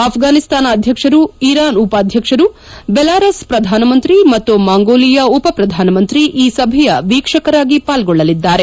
ಆಫ್ಲಾನಿಸ್ಸಾನ ಅಧ್ವಕ್ಷರು ಇರಾನ್ ಉಪಾಧ್ವಕ್ಷರು ದೆಲಾರಸ್ ಪ್ರಧಾನಮಂತ್ರಿ ಮತ್ತು ಮಾಂಗೋಲಿಯಾ ಉಪಪಧಾನಮಂತ್ರಿ ಈ ಸಭೆಯ ವೀಕ್ಷಕರಾಗಿ ಪಾಲ್ಗೊಳ್ಲಲಿದ್ದಾರೆ